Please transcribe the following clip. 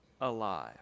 alive